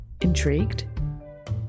Intrigued